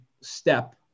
step